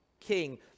king